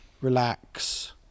relax